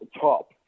top